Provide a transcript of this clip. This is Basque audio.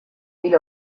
hil